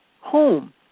home